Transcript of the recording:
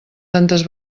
tantes